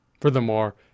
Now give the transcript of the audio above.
Furthermore